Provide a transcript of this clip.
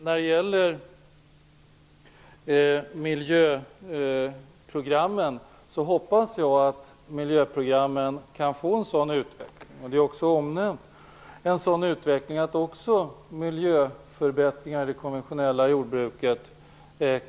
När det gäller miljöprogrammen hoppas jag att dessa - vilket vi också har omnämnt - kan få en sådan utveckling att miljöförbättringar kan åstadkommas även i det konventionella jordbruket.